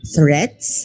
Threats